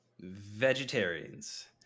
Vegetarians